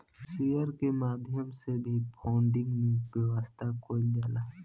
share के माध्यम से भी फंडिंग के व्यवस्था कईल जाला